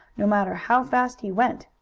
no matter how fast he went.